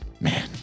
Man